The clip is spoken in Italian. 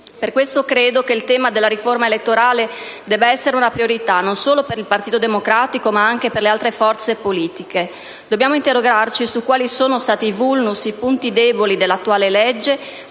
Per questo credo che il tema della riforma elettorale debba essere una priorità, non solo per il Partito Democratico, ma anche per le altre forze politiche. Dobbiamo interrogarci su quali sono stati i *vulnus*, i punti deboli dell'attuale legge,